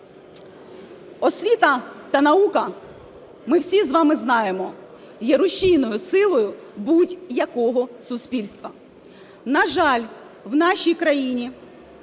Освіта та наука, ми всі з вами знаємо, є рушійною силою будь-якого суспільства. На жаль, в нашій країні